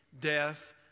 Death